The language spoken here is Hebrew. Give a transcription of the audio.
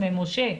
משה,